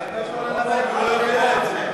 הוא לא יודע את זה.